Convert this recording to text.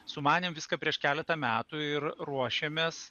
sumanėm viską prieš keletą metų ir ruošėmės